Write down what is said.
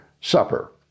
supper